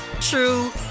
true